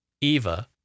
Eva